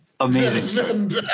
Amazing